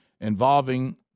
involving